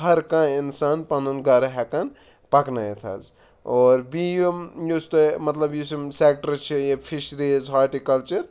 ہَر کانٛہہ اِنسان پَنُن گَرٕ ہٮ۪کان پَکنٲیِتھ حظ اور بیٚیہِ یِم یُس تۄہہِ مطلب یُس یِم سٮ۪کٹَر چھِ یہِ فِشریٖز ہاٹِکَلچَر